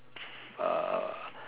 uh